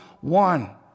one